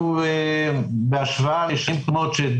בהשוואה לשנים קודמות,